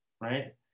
right